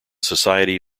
society